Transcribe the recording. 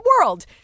world